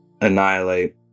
annihilate